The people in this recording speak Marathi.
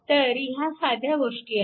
तर ह्या साध्या गोष्टी आहेत